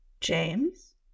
James